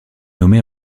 nommée